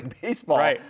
Baseball